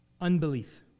unbelief